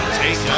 take